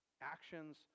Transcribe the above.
actions